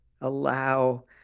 allow